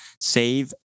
save